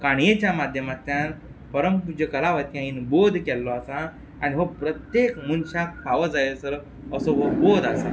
काणयेच्या माध्यमांतल्यान परमपूज्य कलावती आईन बोध केल्लो आसा आनी हो प्रत्येक मनशाक फावो जायसर असो हो बोध आसा